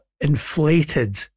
inflated